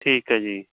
ਠੀਕ ਹੈ ਜੀ